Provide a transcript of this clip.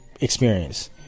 experience